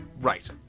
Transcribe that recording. Right